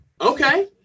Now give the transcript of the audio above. okay